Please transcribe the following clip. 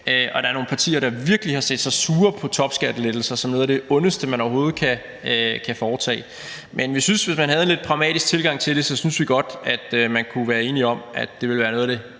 og der er nogle partier, der virkelig har set sig sure på topskattelettelser – som noget af det ondeste, man overhovedet kan foretage. Men hvis man havde en lidt pragmatisk tilgang til det, synes vi godt, at man kunne være enige om, at det ville være noget af det